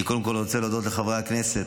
אני קודם כול רוצה להודות לחברי הכנסת,